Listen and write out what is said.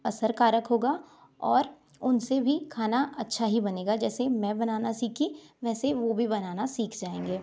असर कारक होगा और उनसे भी खाना अच्छा ही बनेगा जैसे मैं बनाना सीखी वैसे वो भी बनाना सीख जाएंगे